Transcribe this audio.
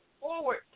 forward